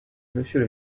monsieur